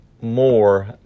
more